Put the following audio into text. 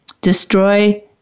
destroy